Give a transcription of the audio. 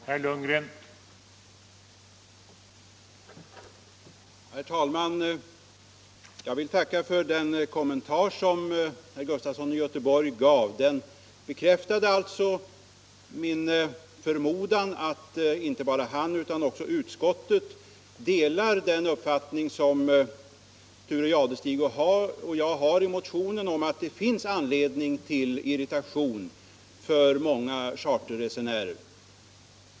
Herr talman! Jag tackar för den kommentar som herr Sven Gustafson i Göteborg gav. Den bekräftade min förmodan att inte bara han utan hela utskottet delar Thure Jadestigs och min uppfattning att många charterresenärer har anledning att vara irriterade.